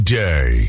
day